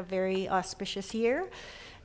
a very auspicious year